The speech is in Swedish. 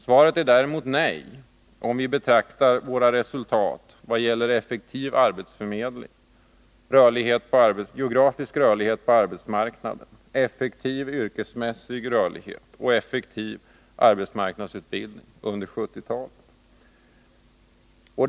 Svaret är däremot nej, om vi betraktar våra resultat i vad gäller effektiv arbetsförmedling, geografisk rörlighet på arbetsmarknaden, effektiv yrkesmässig rörlighet och effektiv arbetsmarknadsutbildning under 1970-talet.